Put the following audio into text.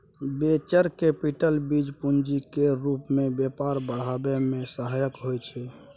venture capital बीज पूंजी केर रूप मे व्यापार बढ़ाबै मे सहायक होइ छै